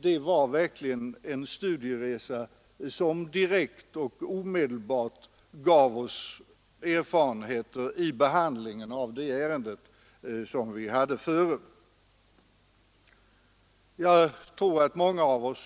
Det var verkligen en studieresa som direkt och omedelbart gav oss erfarenheter för behandlingen av det ärende vi hade före. Jag tror att många av oss